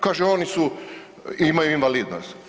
Kaže oni su, imaju invalidnost.